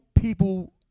people